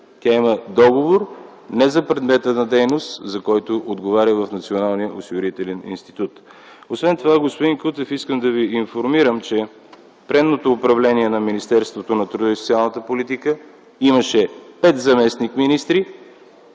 тя има договор не за предмета на дейност, за който отговаря в Националния осигурителен институт. Освен това, господин Кутев, искам да Ви информирам, че предното управление на Министерството на труда и социалната политика имаше пет заместник-министри